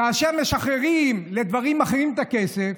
כאשר משחררים לדברים אחרים את הכסף,